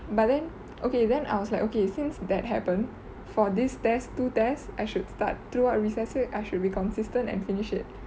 but then okay then I was like okay since that happen for this test two test I should start throughout recess week I should be consistent and finish it